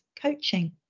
coaching